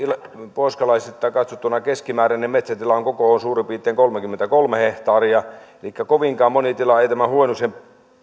pohjoiskarjalaisittain katsottuna keskimääräinen metsätilan koko on suurin piirtein kolmekymmentäkolme hehtaaria kovinkaan moni tila ei tämän huojennuksen